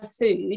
food